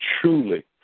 truly